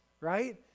Right